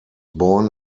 born